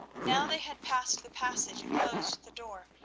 now they had passed the passage and closed the door,